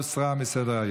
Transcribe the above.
ההצעה הוסרה מסדר-היום.